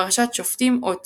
פרשת שופטים אות י)